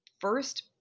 first